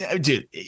Dude